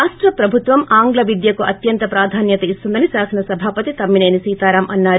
రాష్ట ప్రభుత్వం ఆంగ్ల విద్యకు అత్యంత ప్రాధాన్యత ఇస్తుందని శాసనసభాపతి తమ్మినేని సీతారాం అన్నారు